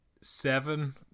seven